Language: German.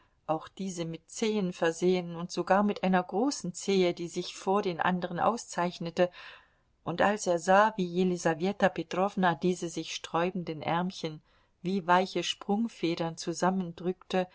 auch diese mit zehen versehen und sogar mit einer großen zehe die sich vor den andern auszeichnete und als er sah wie jelisaweta petrowna diese sich sträubenden ärmchen wie weiche sprungfedern zusammendrückte